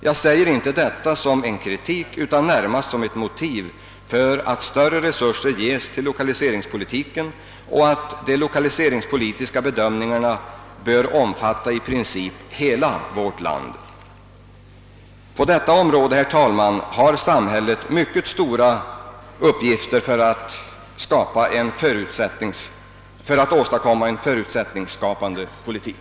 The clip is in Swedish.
Jag säger inte detta som kritik utan närmast som motiv för att större resurser ges till lokaliseringspolitiken och för att de lokaliseringspolitiska bedömningarna bör omfatta i princip hela vårt land. På detta område, herr talman, har samhället mycket stora uppgifter för att åstadkomma en förutsättningsskapande politik.